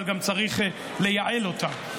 אבל צריך גם לייעל אותה.